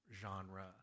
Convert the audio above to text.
genre